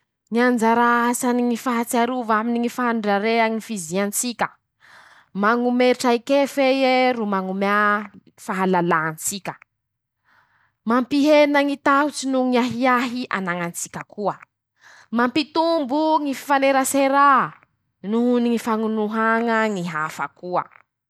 Ñy anjara asany ñy fahatsiarova aminy ñy fahandrarea ñy fiiziantsika: -Mañome traikefa eie ro mañomea fahalalà an-tsika. -Mampihena ñy tahotsy noho ñy ahiahy anañan-tsika koa. -Mampitombo ñy fifaneraserà noho ny ñy fañonohaña ñy hafa koa.